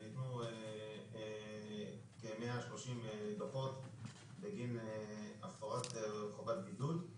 מתחילת השנה ניתנו כ-130 דוחות בגין הפרת חובת בידוד.